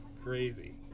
Crazy